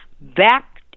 back